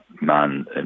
man